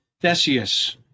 Theseus